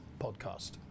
podcast